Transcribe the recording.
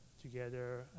together